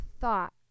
thought